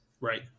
Right